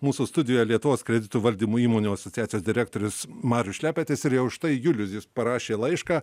mūsų studijoje lietuvos kreditų valdymo įmonių asociacijos direktorius marius šlepetis ir jau štai julius jis parašė laišką